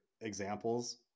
examples